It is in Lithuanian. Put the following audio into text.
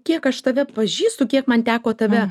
kiek aš tave pažįstu kiek man teko tave